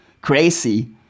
crazy